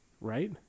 right